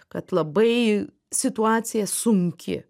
kad labai situacija sunki